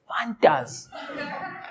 fantas